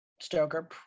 Stoker